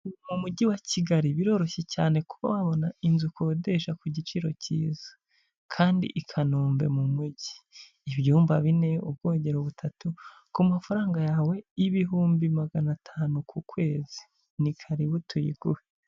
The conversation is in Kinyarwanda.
Mu mujyi wa Kigali biroroshye cyane kuba wabona inzu ukodesha ku giciro cyiza, kandi i Kanombe mu mujyi, ibyumba bine, ubwogero butatu, ku mafaranga yawe y'ibihumbi magana atanu ku kwezi ni karibu tuyiguhe.